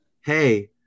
hey